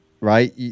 right